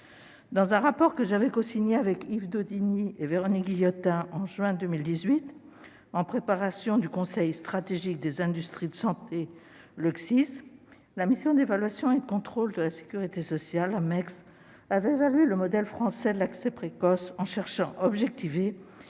Dans un rapport que j'avais cosigné avec Yves Daudigny et Véronique Guillotin en juin 2018, en préparation du Conseil stratégique des industries de santé (CSIS), la mission d'évaluation et de contrôle de la sécurité sociale (Mecss) avait évalué le modèle français de l'accès précoce en cherchant à objectiver